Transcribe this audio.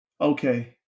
okay